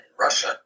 Russia